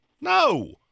No